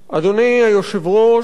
אדוני היושב-ראש,